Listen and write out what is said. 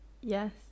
yes